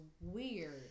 weird